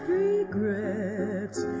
regrets